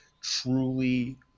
truly